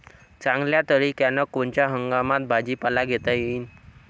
चांगल्या तरीक्यानं कोनच्या हंगामात भाजीपाला घेता येईन?